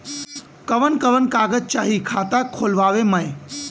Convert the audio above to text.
कवन कवन कागज चाही खाता खोलवावे मै?